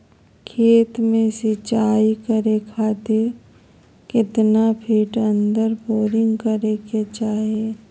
खेत में सिंचाई करे खातिर कितना फिट अंदर बोरिंग करे के चाही?